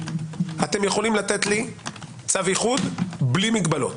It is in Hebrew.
אתם יכולים לתת לי צו איחוד בלי מגבלת